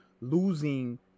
losing